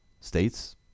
States